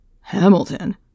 Hamilton